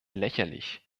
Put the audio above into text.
lächerlich